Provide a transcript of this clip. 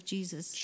Jesus